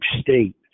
state